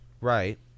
Right